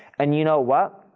and you know what?